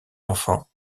enfant